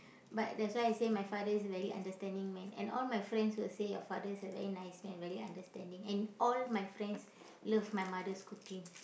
but that's why I say my father is very understanding man and all my friends will say your father is a very nice man very understanding and all my friends love my mother's cooking